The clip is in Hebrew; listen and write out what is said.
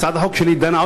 הצעת החוק שלי דנה,